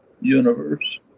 universe